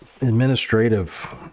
administrative